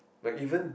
like even